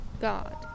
God